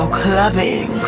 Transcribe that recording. clubbing